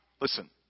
Listen